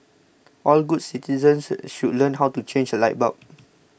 all good citizens should learn how to change a light bulb